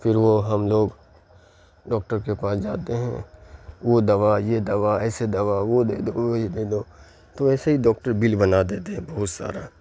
پھر وہ ہم لوگ ڈاکٹر کے پاس جاتے ہیں وہ دوا یہ دوا ایسے دوا وہ دے دو وہ یہ دے دو تو ایسے ہی ڈاکٹر بل بنا دیتے ہیں بہت سارا